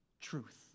truth